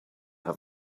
have